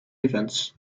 events